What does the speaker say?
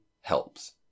helps